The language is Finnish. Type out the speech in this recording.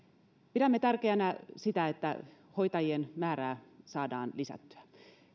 pidämme tärkeänä sitä että hoitajien määrää saadaan lisättyä